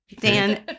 Dan